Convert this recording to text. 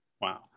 Wow